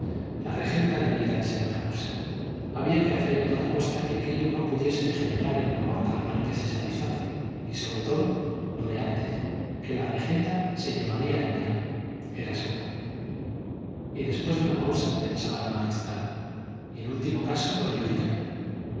la regenta debía de ser otra cosa había que hacer a toda costa que aquello no pudiese degenerar en amor carnal que se satisface y sobre todo lo de antes que la regenta se llamaría a engaño era seguro y después de una pausa pensaba el magistral y en último caso ello dirá